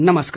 नमस्कार